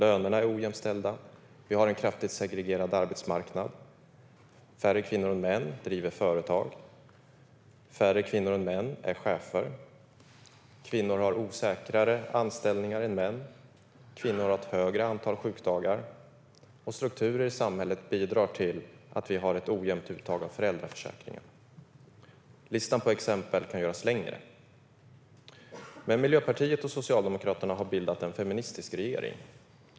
Lönerna är ojämställda, och vi har en kraftigt segregerad arbetsmarknad. Färre kvinnor än män driver företag, och färre kvinnor än män är chefer. Kvinnor har osäkrare anställningar än män, och kvinnor har ett högre antal sjukdagar. Strukturer i samhället bidrar till att vi har ett ojämnt uttag av föräldraförsäkringen. Listan på exempel kan göras längre. Miljöpartiet och Socialdemokraterna har dock bildat en feministisk regering.